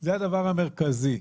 זה הדבר המרכזי.